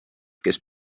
kes